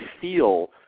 feel